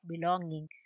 belonging